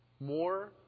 More